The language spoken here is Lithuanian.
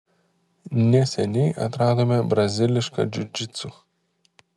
neseniai atradome brazilišką džiudžitsu